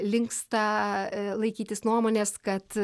linksta laikytis nuomonės kad